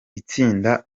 itsinda